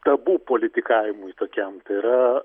tabu politikavimui tokiam tai yra